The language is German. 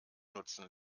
nutzen